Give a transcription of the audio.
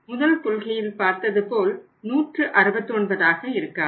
முதல் கொள்கையில் பார்த்ததுபோல் 169 ஆக இருக்காது